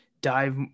dive